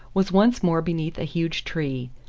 was once more beneath a huge tree.